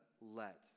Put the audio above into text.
let